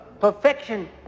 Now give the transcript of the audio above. perfection